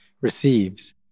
receives